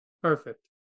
Perfect